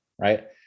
Right